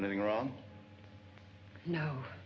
nothing wrong no